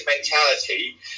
mentality